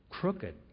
crooked